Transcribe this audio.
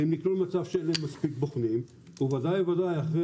הם נקלעו למצב שאין להם מספיק בוחנים ובוודאי אחרי